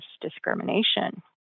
discrimination